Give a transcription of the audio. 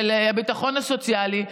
של הביטחון הסוציאלי,